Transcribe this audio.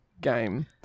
game